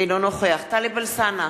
אינו נוכח טלב אלסאנע,